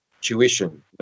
Tuition